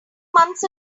months